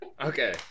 Okay